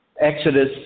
Exodus